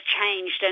changed